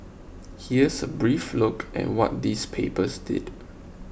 here's a brief look at what these papers did